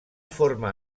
forma